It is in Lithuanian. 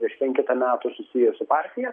prieš penketą metų susijusi partija